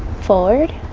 forward